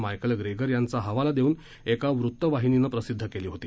Michael Gregor यांचा हवाला देऊन एका वृत्तवाहिनीनं प्रसिद्ध केली होती